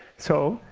so?